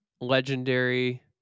legendary